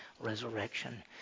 resurrection